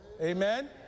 Amen